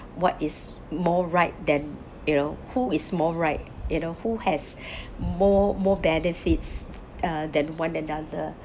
what is more right than you know who is more right you know who has more more benefits uh than one another